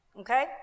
okay